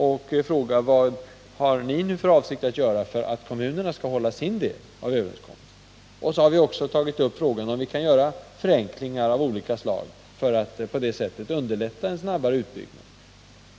Vi måste fråga: Vad har ni för avsikt att göra för att kommunerna skall hålla sin del av överenskommelsen? Vi har också tagit upp frågan om vi kan göra förenklingar av olika slag för att på det sättet underlätta en snabbare utbyggnad.